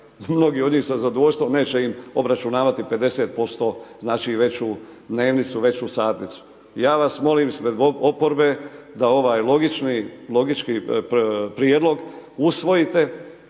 mnogi od njih sa zadovoljstvom neće im obračunavati 50% veću dnevnicu, veću satnicu. Ja vas molim ispred oporbe, da ovaj logički prijedlog, usvojite